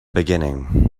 beginning